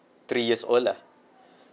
three years old lah